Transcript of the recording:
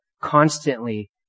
constantly